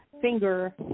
finger